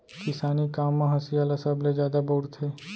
किसानी काम म हँसिया ल सबले जादा बउरथे